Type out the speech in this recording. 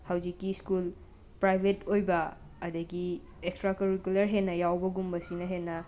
ꯍꯧꯖꯤꯛꯀꯤ school private ꯑꯣꯏꯕ ꯑꯗꯩꯒꯤ ꯑꯦꯛꯁꯇ꯭ꯔꯥ ꯀꯔꯨꯀꯨꯂꯔ ꯍꯦꯟꯅ ꯌꯥꯎꯕꯒꯨꯝꯕꯁꯤꯅ ꯍꯦꯟꯅ